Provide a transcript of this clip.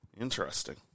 Interesting